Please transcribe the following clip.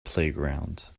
playground